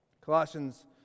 Colossians